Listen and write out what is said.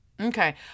okay